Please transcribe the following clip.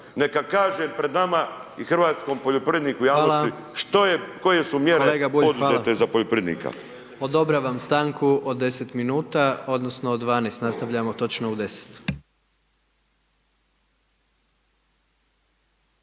neka kaže pred nama i hrvatskom poljoprivredniku i javnosti što je, koje su mjere poduzete za poljoprivrednika.